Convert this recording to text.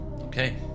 okay